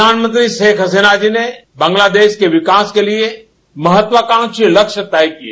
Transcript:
प्रधानमंत्री शेख हसीना जी ने बांग्लादेश को विकास के लिए महत्वाकांक्षी लक्ष्य तय किये